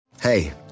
Hey